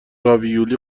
راویولی